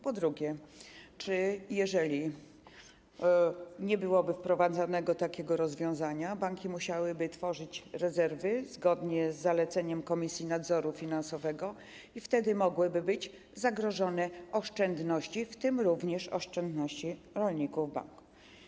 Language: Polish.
Po drugie: Czy jeżeli nie byłoby wprowadzonego takiego rozwiązania, banki musiałyby tworzyć rezerwy zgodnie z zaleceniem Komisji Nadzoru Finansowego, a wtedy mogłyby być zagrożone oszczędności, w tym również oszczędności rolników w banku?